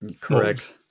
Correct